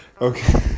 Okay